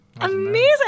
amazing